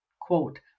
quote